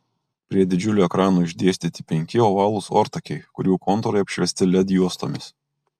prie didžiulių ekranų išdėstyti penki ovalūs ortakiai kurių kontūrai apšviesti led juostomis